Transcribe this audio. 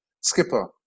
skipper